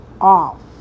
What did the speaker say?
off